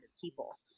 people